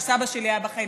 כאשר סבא היה בחיים,